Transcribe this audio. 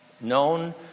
Known